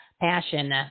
Passion